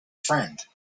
friend